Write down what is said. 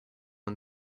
and